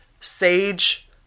sage